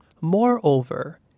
Moreover